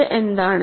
ഇത് എന്താണ്